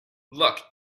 look